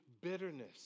bitterness